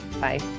Bye